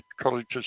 colleges